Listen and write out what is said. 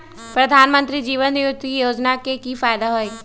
प्रधानमंत्री जीवन ज्योति योजना के की फायदा हई?